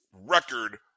record